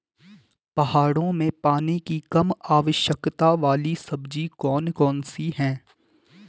पहाड़ों में पानी की कम आवश्यकता वाली सब्जी कौन कौन सी हैं?